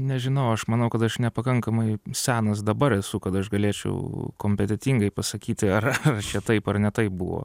nežinau aš manau kad aš nepakankamai senas dabar esu kad aš galėčiau kompetentingai pasakyti ar ar čia taip ar ne taip buvo